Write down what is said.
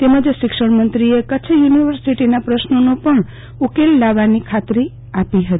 તેમજ શિક્ષણમંત્રીએ કચ્છ યુનિર્વસીટીના પ્રશ્નોનો પણ ઉકેલ લાવવાની ખાત્રી આપી હતી